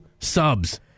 subs